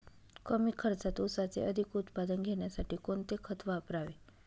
कमी खर्चात ऊसाचे अधिक उत्पादन घेण्यासाठी कोणते खत वापरावे?